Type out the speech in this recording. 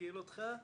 מתקיל אותך.